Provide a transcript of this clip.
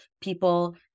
people